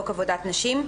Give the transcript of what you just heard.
חוק עבודת נשים),